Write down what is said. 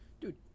Dude